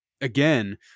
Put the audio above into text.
again